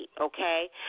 okay